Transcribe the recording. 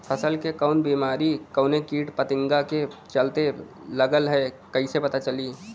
फसल में कवन बेमारी कवने कीट फतिंगा के चलते लगल ह कइसे पता चली?